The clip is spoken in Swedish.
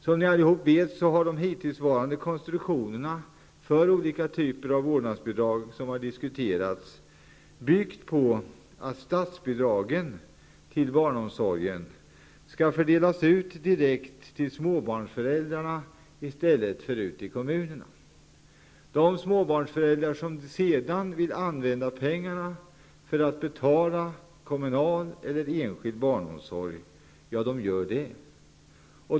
Som ni allihop vet har de hittillsvarande konstruktionerna för olika typer av vårdnadsbidrag som diskuterats byggt på att statsbidragen till barnomsorgen skulle delas ut direkt till småbarnsföräldrarna i stället för till kommunerna. De småbarnsföräldrar som sedan vill använda pengarna för att betala kommunal eller enskild barnomsorg gör det.